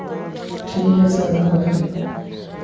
ᱴᱷᱤᱠ ᱜᱮᱭᱟ ᱛᱟᱦᱚᱞᱮ ᱫᱟ ᱫᱚᱦᱚᱭ ᱫᱟᱹᱧ